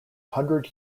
hundred